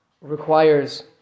requires